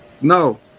no